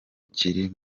kiri